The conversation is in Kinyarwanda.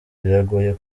biragoye